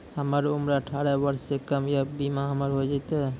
हमर उम्र अठारह वर्ष से कम या बीमा हमर हो जायत?